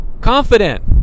Confident